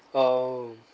um